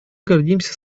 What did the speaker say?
гордимся